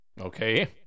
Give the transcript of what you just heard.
Okay